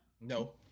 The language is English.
No